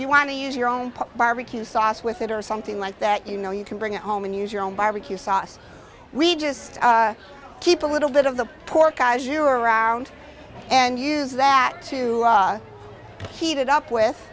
you want to use your own barbecue sauce with it or something like that you know you can bring it home and use your own barbecue sauce we just keep a little bit of the pork guys you around and use that to heat it up with